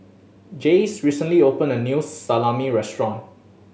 Jayce recently opened a new Salami Restaurant